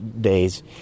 days